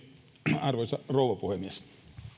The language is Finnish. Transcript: arvoisa rouva puhemies